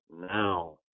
now